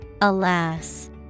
Alas